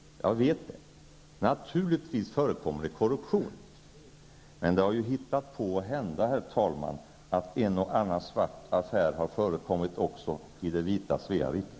Jag vet det. Naturligtvis förekommer det korruption. Men det har, herr talman, hänt att en och annan svart affär har förekommit också i det vita Svea rike.